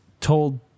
told